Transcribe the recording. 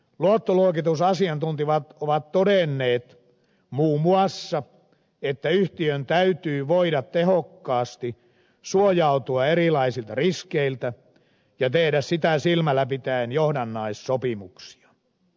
luottoluokitusasiantuntijat ovat todenneet muun muassa että yhtiön täytyy voida tehokkaasti suojautua erilaisilta riskeiltä ja tehdä sitä silmällä pitäen johdannaissopimuksia